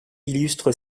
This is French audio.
illustre